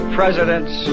presidents